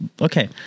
Okay